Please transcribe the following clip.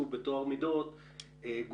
הצלחתך הצלחתנו, כמו שאומרים.